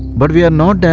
but we are not